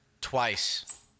twice